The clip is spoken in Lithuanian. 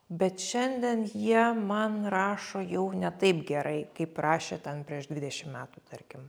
bet šiandien jie man rašo jau ne taip gerai kaip rašė ten prieš dvidešim metų tarkim